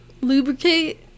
lubricate